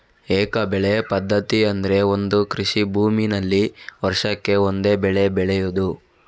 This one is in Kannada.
ಏಕ ಬೆಳೆ ಪದ್ಧತಿ ಅಂದ್ರೆ ಒಂದು ಕೃಷಿ ಭೂಮಿನಲ್ಲಿ ವರ್ಷಕ್ಕೆ ಒಂದೇ ಬೆಳೆ ಬೆಳೆಯುದು